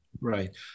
Right